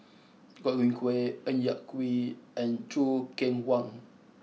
Godwin Koay Ng Yak Whee and Choo Keng Kwang